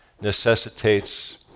necessitates